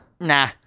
Nah